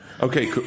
Okay